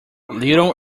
little